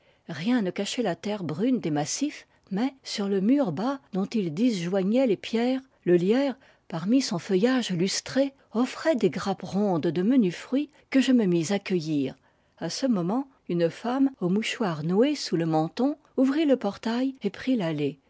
rien ne cachait la terre brune des massifs mais sur le mur bas dont il disjoignait les pierres le lierre parmi son feuillage lustré offrait des grappes rondes de menus fruits que je me mis à cueillir a ce moment une femme au mouchoir noué sousie menton ouvrit le portail et prit l'allée